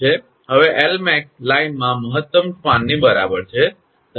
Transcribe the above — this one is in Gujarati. હવે 𝐿𝑚𝑎𝑥 લાઇનમાં મહત્તમ સ્પાનની બરાબર છે